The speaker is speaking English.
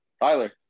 Tyler